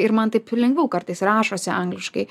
ir man taip lengviau kartais rašosi angliškai